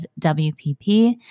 WPP